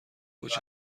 کجا